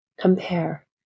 compare